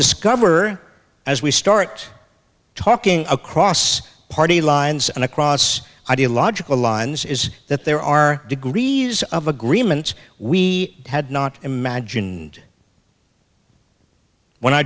discover as we start talking across party lines across ideological lines is that there are degrees of agreements we had not imagined when i